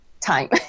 time